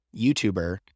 YouTuber